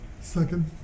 Second